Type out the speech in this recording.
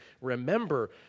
remember